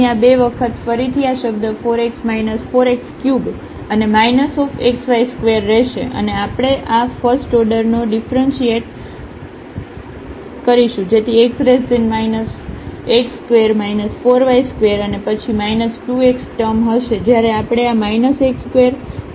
ફરીથી આ શબ્દ 4 x 4 x3 અને xy2 રહેશે અને આપણે આ ફસ્ટ ઓર્ડર નો ડીફરસીએટ કરીશું જેથી e x2 4y2 અને પછી 2 x ટર્મ હશે જ્યારે આપણે આ x2 4 y2